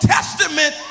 Testament